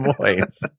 voice